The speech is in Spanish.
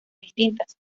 distintas